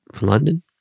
London